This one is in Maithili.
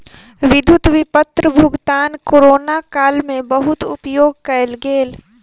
विद्युत विपत्र भुगतान कोरोना काल में बहुत उपयोग कयल गेल